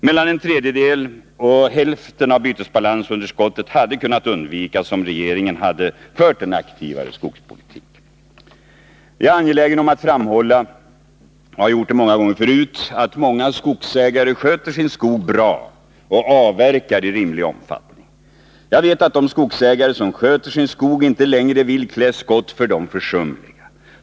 Mellan en tredjedel och hälften av bytesbalansunderskottet hade kunnat undvikas om regeringen hade fört en aktivare skogspolitik. Jag är angelägen om att framhålla — och det har jag gjort många gånger förut — att många skogsägare sköter sin skog bra och avverkar i rimlig omfattning. Jag vet att de skogsägare som sköter sin skog inte längre vill klä skott för de försumliga.